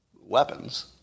weapons